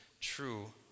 true